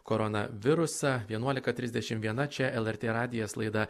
koronavirusą vienuolika trisdešim viena čia lrt radijas laida